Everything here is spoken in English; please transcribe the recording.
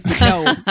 No